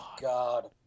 God